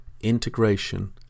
integration